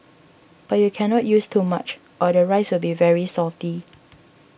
but you can not use too much or the rice will be very salty